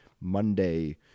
monday